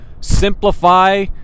simplify